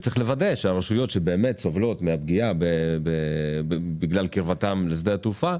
צריך לוודא שהרשויות שבאמת סובלות מהפגיעה בגלל קרבתן לשדה התעופה,